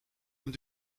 een